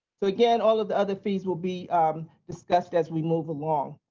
so again all of the other fees will be discussed as we move along.